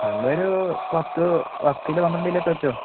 എല്ലാമൊരു പത്ത് പത്ത് കിലോ പന്ത്രണ്ട് കിലോയൊക്കെ വെച്ചുകൊള്ളൂ